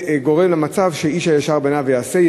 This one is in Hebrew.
זה גורם למצב של "איש הישר בעיניו יעשה".